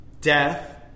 death